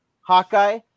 Hawkeye